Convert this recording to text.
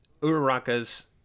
Uraraka's